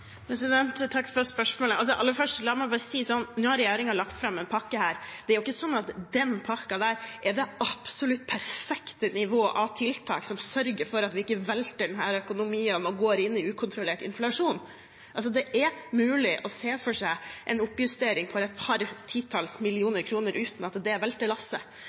Takk for spørsmålet. La meg aller først si at nå har regjeringen lagt fram en pakke. Det er ikke sånn at den pakken er det absolutt perfekte nivået av tiltak som sørger for at vi ikke velter denne økonomien og går inn i ukontrollert inflasjon. Det er mulig å se for seg en oppjustering på et par titalls millioner kroner uten at det